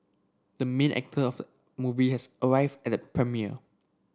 the main actor of movie has arrived at the premiere